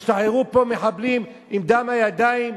השתחררו פה מחבלים עם דם על הידיים,